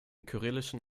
kyrillischen